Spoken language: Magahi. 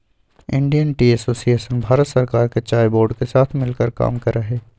इंडियन टी एसोसिएशन भारत सरकार के चाय बोर्ड के साथ मिलकर काम करा हई